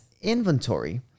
inventory